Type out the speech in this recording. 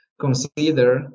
consider